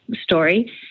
story